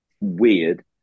weird